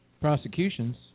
prosecutions